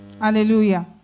Hallelujah